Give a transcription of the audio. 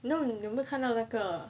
you know 你有没有看到那个